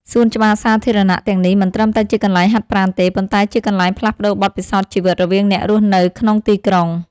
សួនច្បារសាធារណៈទាំងនេះមិនត្រឹមតែជាកន្លែងហាត់ប្រាណទេ ប៉ុន្តែជាកន្លែងផ្លាស់ប្តូរបទពិសោធន៍ជីវិតរវាងអ្នករស់នៅក្នុងទីក្រុង។